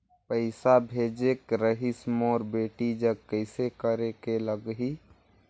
पइसा भेजेक रहिस मोर बेटी जग कइसे करेके लगही?